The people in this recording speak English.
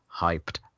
hyped